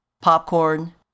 Popcorn